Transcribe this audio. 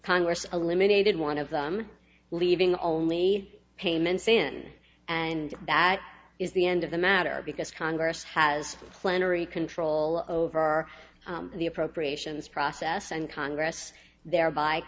congress eliminated one of them leaving only payments in and that is the end of the matter because congress has plenary control over the appropriations process and congress their